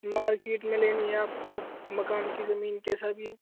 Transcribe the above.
market میں لینی ہے آپ کو مکان کی زمین کیسا بھی